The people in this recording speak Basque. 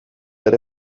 ere